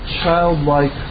childlike